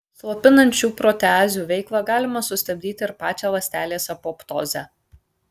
slopinant šių proteazių veiklą galima sustabdyti ir pačią ląstelės apoptozę